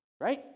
right